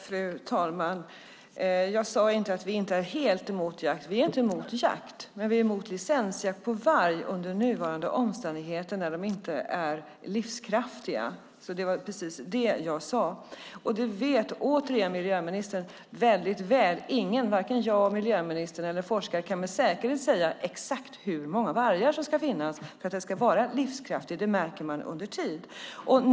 Fru talman! Jag sade inte att vi är helt mot jakt. Vi är inte mot jakt, men vi är mot licensjakt på varg under nuvarande omständigheter när vargarna inte är livskraftiga. Det var precis det som jag sade. Det vet, återigen, miljöministern väl. Ingen, vare sig jag, miljöministern eller forskare, kan med säkerhet säga exakt hur många vargar som ska finnas för att vargstammen ska vara livskraftig. Det märker man under tid.